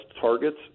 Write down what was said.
targets